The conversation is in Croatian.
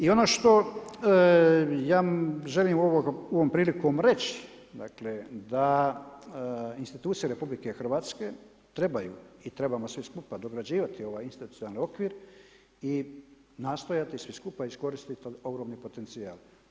I ono što ja želim ovom prilikom reći dakle da institucije RH trebaju i trebamo svi skupa dograđivati ovaj institucionalni okvir i nastojati svi skupa iskoristit ogromni potencijal.